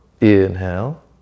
Inhale